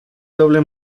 doble